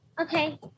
okay